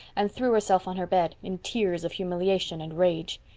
and threw herself on her bed, in tears of humiliation and rage.